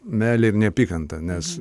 meilė ir neapykanta nes